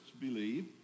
believe